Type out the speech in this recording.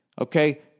Okay